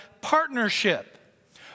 partnership